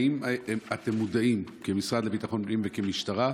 האם אתם מודעים, כמשרד לביטחון פנים וכמשטרה,